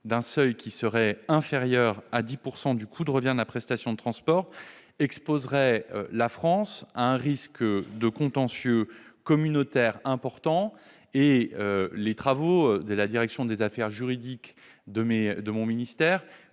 d'un seuil qui serait inférieur à 10 % du coût de revient de la prestation de transport exposerait la France à un risque de contentieux communautaire important. Les travaux menés sur ce sujet par la direction des affaires juridiques de mon ministère